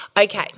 Okay